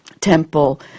temple